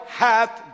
hath